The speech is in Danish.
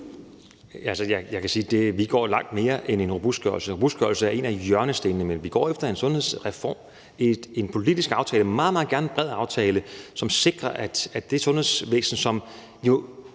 Jeg kan sige, at vi går langt mere end blot efter en robustgørelse. Robustgørelse er en af hjørnestenene, men vi går efter en sundhedsreform, en politisk aftale, meget, meget gerne en bred aftale, som sikrer, at det sundhedsvæsen, som jo